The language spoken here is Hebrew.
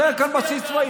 יישאר כאן בסיס צבאי,